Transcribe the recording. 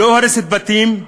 לא הורסת בתים,